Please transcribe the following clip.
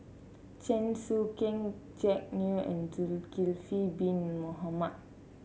Chen Sucheng Jack Neo and Zulkifli Bin Mohamed